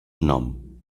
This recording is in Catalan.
nom